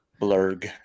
Blurg